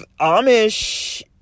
Amish